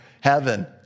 heaven